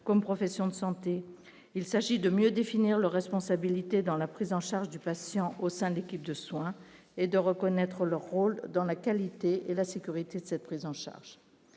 comme profession de santé, il s'agit de mieux définir leurs responsabilités dans la prise en charge du patient au sein d'équipes de soins et de reconnaître leur rôle dans la qualité et la sécurité de cette prise en charge,